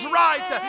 right